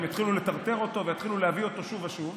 והם יתחילו לטרטר אותו ויתחילו להביא אותו שוב ושוב.